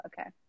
Okay